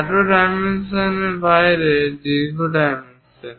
খাটো ডাইমেনসানের বাইরে দীর্ঘ ডাইমেনশন